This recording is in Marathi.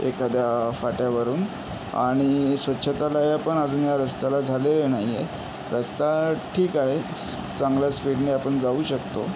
एखाद्या फाट्यावरून आणि स्वच्छतालयं पण अजून ह्या रस्त्याला झालेली नाही आहे रस्ता ठीक आहे चांगल्या स्पीडने आपण जाऊ शकतो